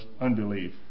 unbelief